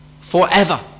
forever